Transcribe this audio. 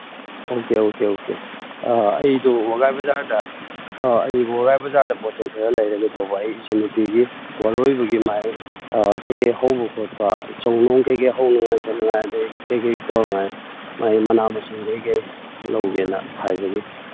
okay okay okay ꯑꯥ ꯑꯩꯗꯨ ꯋꯒꯥꯏ ꯕꯖꯥꯔꯗ ꯑꯥ ꯑꯩ ꯋꯒꯥꯏ ꯕꯖꯥꯔꯗ ꯄꯣꯠ ꯆꯩ ꯈꯔ ꯂꯩꯔꯨꯒꯦ ꯇꯧꯕ ꯑꯩ ꯏꯆꯟꯅꯨꯄꯤꯒꯤ ꯋꯥꯔꯣꯏꯕꯒꯤ ꯃꯥꯒꯤ ꯀꯩꯀꯩ ꯍꯧꯕ ꯈꯣꯠꯄ ꯆꯧ ꯅꯨꯡ ꯀꯩꯀꯩ ꯍꯧꯅꯉꯥꯏ ꯈꯣꯠꯅꯉꯥꯏ ꯑꯗꯒꯤ ꯀꯩꯀꯩ ꯇꯧꯅꯉꯥꯏ ꯃꯥꯒꯤ ꯃꯅꯥ ꯃꯁꯤꯡ ꯀꯩꯀꯩ ꯂꯧꯒꯦꯅ ꯍꯥꯏꯕꯒꯤ